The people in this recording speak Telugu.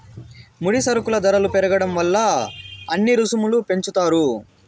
ముడి సరుకుల ధరలు పెరగడం వల్ల అన్ని రుసుములు పెంచుతారు